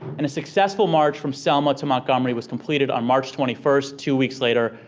and a successful march from selma to montgomery was completed on march twenty first, two weeks later,